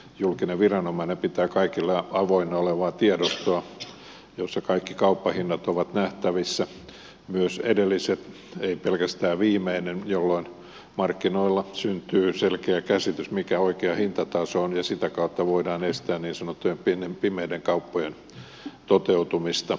julkinen viranomainen pitää kaikille avoinna olevaa tiedostoa jossa kaikki kauppahinnat ovat nähtävissä myös edelliset ei pelkästään viimeinen jolloin markkinoilla syntyy selkeä käsitys mikä oikea hintataso on ja sitä kautta voidaan estää niin sanottujen pimeiden kauppojen toteutumista